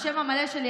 השם המלא שלי,